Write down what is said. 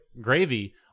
gravy